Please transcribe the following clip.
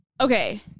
Okay